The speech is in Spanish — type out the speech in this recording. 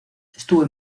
estuvo